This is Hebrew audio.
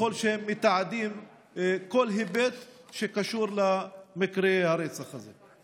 ככל שהם מתעדים כל היבט שקשור למקרה הרצח הזה?